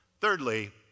Thirdly